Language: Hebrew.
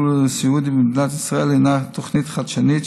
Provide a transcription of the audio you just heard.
הסיעודי במדינת ישראל הינה תוכנית חדשנית,